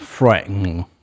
frightening